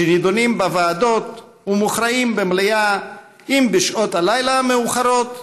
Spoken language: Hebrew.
שנדונים בוועדות ומוכרעים במליאה גם בשעות הלילה המאוחרות,